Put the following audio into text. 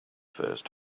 first